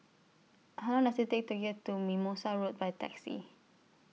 How Long Does IT Take to get to Mimosa Road By Taxi